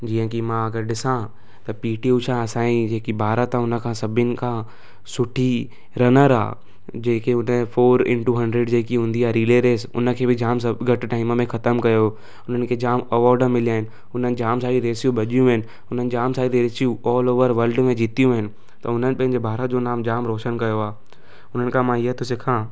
जीअं की मां अगरि ॾिसां त पीटी उषा असांजी जेकी भारत ऐं हुन खां सभिनि खां सुठी रनर आहे जेके हुन फोर इंटू हंड्रेड जेकी हूंदी आहे रीले रेस उन खे बि जाम सभु घटि टाइम में ख़तमु कयो हुओ हुननि खे जाम अवॉड मिलिया आहिनि हुननि जाम सारी रेसियूं भॼियूं आहिनि हुननि जाम सारी रेसियूं ऑल ओवर वल्ड में जीतियूं आहिनि त हुननि पंहिंजे भारत जो नाम जाम रोशन कयो आहे हुननि खां मां इहा थो सिखियां